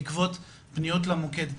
בעקבות פניות למוקד.